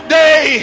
day